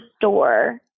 store